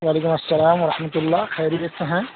وعلیکم السلام و رحمۃ اللہ خیریت سے ہیں